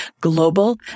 Global